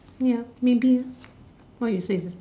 ya maybe ah what you said is the